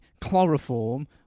chloroform